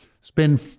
spend